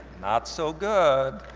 not so good.